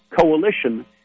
coalition